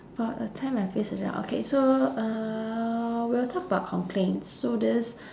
about a time I face a cha~ okay so uh we'll talk about complaints so this